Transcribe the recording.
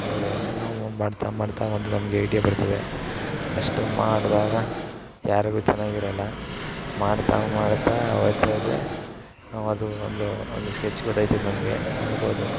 ಅದೇ ಏನೇನೋ ಮಾಡ್ತಾ ಮಾಡ್ತಾ ಒಂದು ನಮಗೆ ಐಡಿಯಾ ಬರ್ತದೆ ಫಸ್ಟ್ ಮಾಡಿದಾಗ ಯಾರಿಗೂ ಚೆನ್ನಾಗಿರೋಲ್ಲ ಮಾಡ್ತಾ ಮಾಡ್ತಾ ಹೋಗ್ತಾ ಇದ್ದರೆ ನಾವು ಅದು ಒಂದು ಒಂದು ಸ್ಕೆಚ್ ಗೊತ್ತಾಯ್ತದೆ ನಮಗೆ ಮಾಡ್ಬೋದು